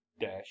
dash